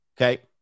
Okay